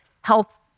health